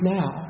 now